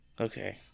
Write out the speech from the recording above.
okay